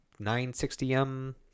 960M